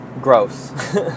gross